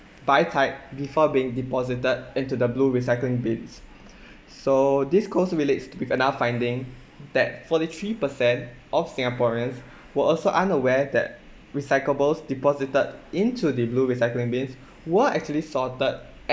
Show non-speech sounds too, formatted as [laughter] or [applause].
by type before being deposited into the blue recycling bins [breath] so this goes to relates to with another finding that forty three per cent of singaporeans were also unaware that recyclables deposited into the blue recycling bins were actually sorted at